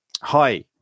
hi